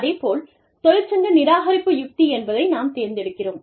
அதே போல் தொழிற்சங்க நிராகரிப்பு யுக்தி என்பதை நாம் தேர்ந்தெடுக்கிறோம்